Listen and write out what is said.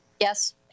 Yes